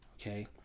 okay